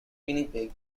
winnipeg